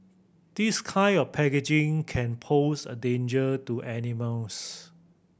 this kind of packaging can pose a danger to animals